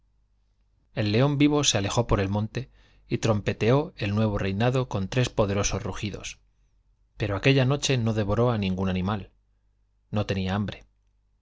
el león vivo se alejó por el monte y trompeteó el nuevo reinado con tres poderosos rugidos pero aquella noche no devoró á ningún animal no tenía hambre